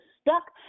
stuck